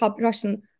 Russian